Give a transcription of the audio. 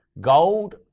Gold